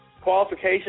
qualification